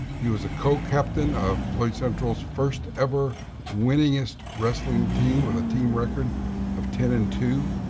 he was a co-captain of floyd central's first-ever winningest wrestling team with a team record of ten and two.